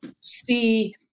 see